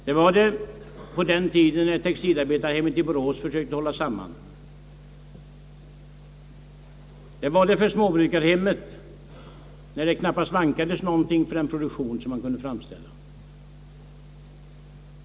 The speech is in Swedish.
Det var det på den tiden när man försökte hålla samman textilarbetarhemmet i Borås, och det var problematiskt i småbrukarhemmet, där det knappast vankades någonting för den produktion man kunde framställa.